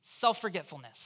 self-forgetfulness